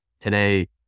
Today